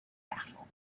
battle